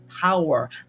power